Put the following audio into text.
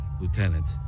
lieutenant